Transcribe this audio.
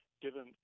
given